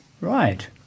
Right